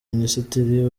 minisitiri